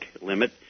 limit